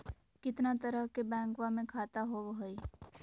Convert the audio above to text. कितना तरह के बैंकवा में खाता होव हई?